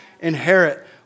inherit